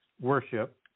worship